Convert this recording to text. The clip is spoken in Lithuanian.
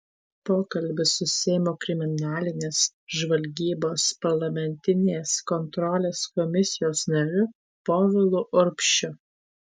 pokalbis su seimo kriminalinės žvalgybos parlamentinės kontrolės komisijos nariu povilu urbšiu